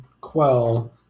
quell